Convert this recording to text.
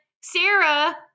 Sarah